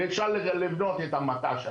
ואפשר לבנות את המט"ש הזה,